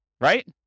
Right